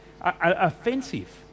offensive